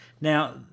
Now